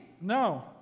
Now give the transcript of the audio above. No